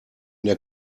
der